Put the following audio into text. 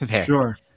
Sure